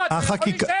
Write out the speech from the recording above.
לא, אתה יכול להישאר.